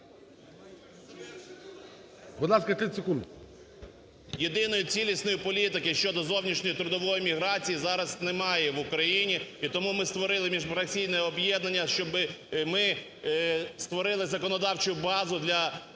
Єдиної цілісної політики щодо зовнішньої трудової міграції зараз немає в Україні. І тому ми створили міжфракційне об'єднання, щоби… ми створили законодавчу базу для